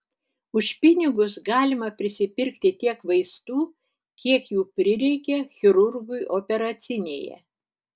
už pinigus galima prisipirkti tiek vaistų kiek jų prireikia chirurgui operacinėje